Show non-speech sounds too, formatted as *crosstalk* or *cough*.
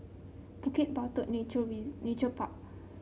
Bukit Batok *unintelligible* *unintelligible* Nature Park